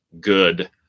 good